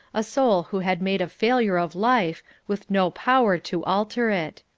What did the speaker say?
a soul who had made a failure of life, with no power to alter it.